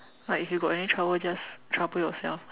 like if you got any trouble just trouble yourself